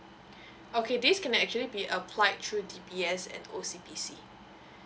okay this can actually be applied through D_B_S and O_C_B_C